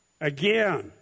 Again